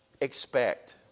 expect